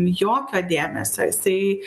jokio dėmesio jisai